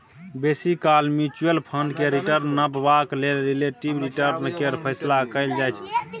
बेसी काल mutual fund केर रिटर्न नापबाक लेल रिलेटिब रिटर्न केर फैसला कएल जाइ छै